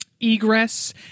egress